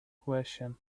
question